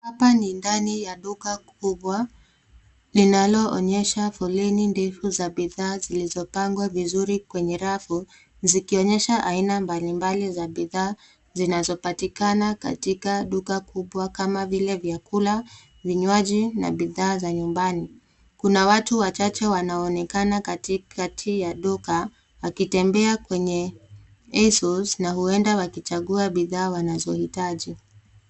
Hapa ni ndani ya duka kubwa linaloonyesha foleni ndefu za bidhaa zlilizopangwa vizuri kwenye rafu ,zikionyesha aina mbalimbali ya bidhaa zinazopatikana katika duka kubwa kama vile vyakula, vinywaji na bidhaa za nyumbani. Kuna watu wachache waoonekana kati kati ya duka wakitembea kwenye aisles na huenda wakichagua bidhaa wanazohitaji.